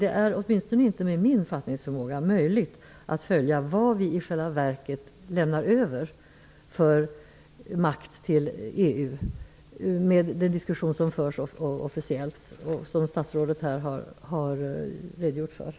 Det är åtminstone inte med min fattningsförmåga möjligt att -- med den diskussion som förs officiellt och som statsrådet här har redogjort för -- följa vilken makt som vi i själva verket lämnar över till EU.